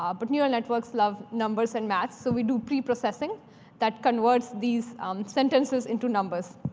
um but neural networks love numbers and math, so we do pre-processing that converts these sentences into numbers.